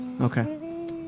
Okay